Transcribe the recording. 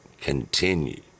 continue